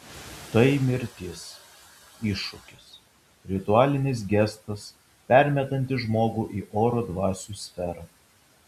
tai mirtis iššūkis ritualinis gestas permetantis žmogų į oro dvasių sferą